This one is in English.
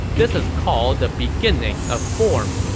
this is called the beginning of form.